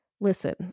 Listen